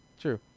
True